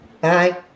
bye